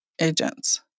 agents